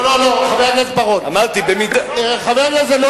לא, לא, חבר הכנסת בר-און.